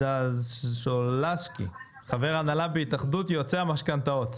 אדזיאשווילי, חבר הנהלה בהתאחדות יועצי המשכנתאות.